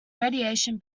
radiation